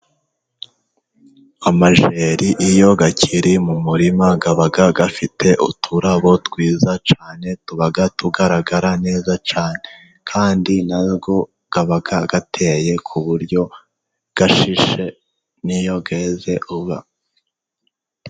Amajeri iyo akiri mu murima aba afite uturabo twiza cyane, tuba tugaragara neza cyane. Kandi nayo aba gateye ku buryo ashishe n'iyo yeze ub...